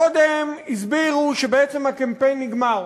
קודם כול הסבירו שבעצם הקמפיין נגמר.